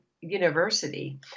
university